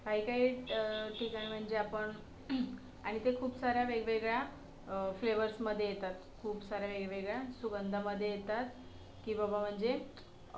काही काही ठिकाण म्हणजे आपण आणि ते खूप साऱ्या वेगवेगळ्या फ्लेवर्समध्ये येतात खूप साऱ्या वेगवेगळ्या सुगंधामध्ये येतात की बाबा म्हणजे